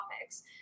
topics